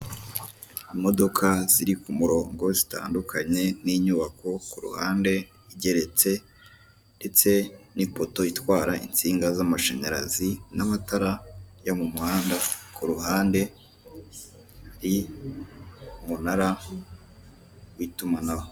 Ahangaha biragaragara ko ushobora gutunga apurikasiyo ya ekwiti banki muri telefoni, maze ukajya uyifashisha mu bikorwa ushaka gukoresha konti yawe haba kohereza amafaranga, kubitsa, kubikuza n'ibindi.